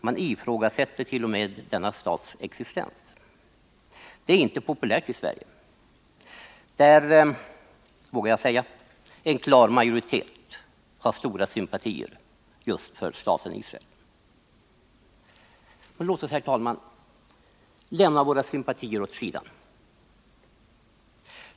Man ifrågasätter t.o.m. denna stats existens. Det är inte populärt i Sverige. Här har, vågar jag säga, en klar majoritet stora sympatier just för staten Israel. Men låt oss, herr talman, lämna våra sympatier åt sidan.